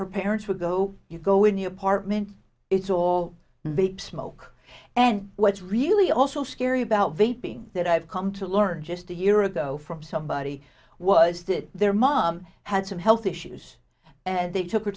her parents would go you go in the apartment it's all a big smoke and what's really also scary about being that i've come to learn just a year ago from somebody was that their mom had some health issues and they took her